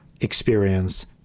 experience